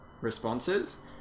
responses